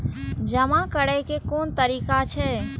जमा करै के कोन तरीका छै?